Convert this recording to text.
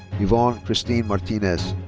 ivonne christine martinez.